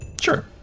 Sure